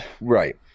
Right